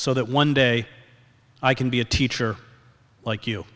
so that one day i can be a teacher like you